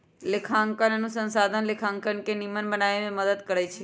लेखांकन अनुसंधान लेखांकन के निम्मन बनाबे में मदद करइ छै